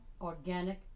organic